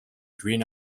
green